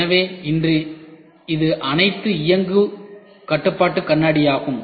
எனவே இன்று இது அனைத்தும் இயங்கும் கட்டுப்பாட்டு கண்ணாடியாகும்